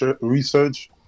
research